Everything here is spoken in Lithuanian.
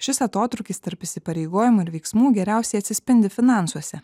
šis atotrūkis tarp įsipareigojimų ir veiksmų geriausiai atsispindi finansuose